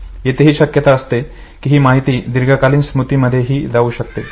येथेही शक्यता असते की ही माहिती दीर्घकालीन स्मृतीमध्ये ही जाऊ शकते